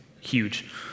huge